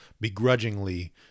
begrudgingly